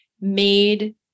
made